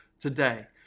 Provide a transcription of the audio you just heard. today